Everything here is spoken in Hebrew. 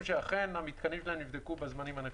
שאכן המיתקנים שלהם נבדקו בזמנים הנכונים.